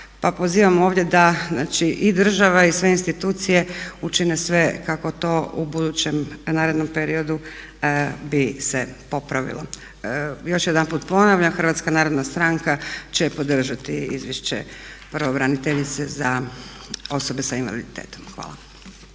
pozivam ovdje da i država i sve institucije učine sve kako to u budećem nerednom periodu bi se popravilo. Još jedanput ponavljam HNS će podržati izvješće pravobraniteljice za osobe sa invaliditetom. Hvala.